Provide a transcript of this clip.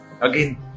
again